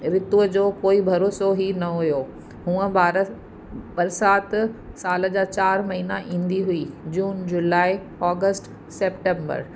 रीतूअ जो कोई भरोसो ही न हुओ हुअं बार बरसाति साल जा चारि महीना ईंदी हुई जून जुलाई ऑगस्ट सेप्टेंबर